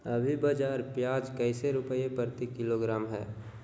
अभी बाजार प्याज कैसे रुपए प्रति किलोग्राम है?